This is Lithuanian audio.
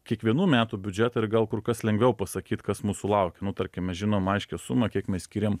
kiekvienų metų biudžetą ir gal kur kas lengviau pasakyt kas mūsų laukia nu tarkim mes žinom aiškią sumą kiek mes skiriam